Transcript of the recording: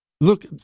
Look